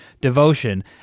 devotion